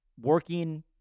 working